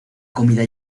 comida